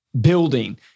building